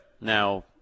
Now